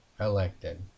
elected